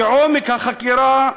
כעומק החקירה,